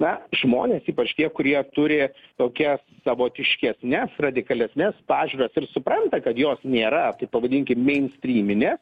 na žmonės ypač tie kurie turi tokias savotiškesnes radikalesnes pažiūras ir supranta kad jos nėra tai pavadinkim meinstryminės